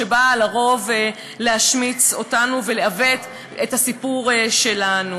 שבא לרוב להשמיץ אותנו ולעוות את הסיפור שלנו?